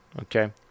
okay